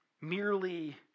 merely